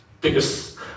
biggest